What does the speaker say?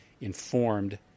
informed